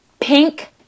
pink